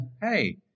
hey